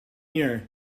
year